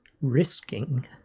Risking